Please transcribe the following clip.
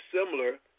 similar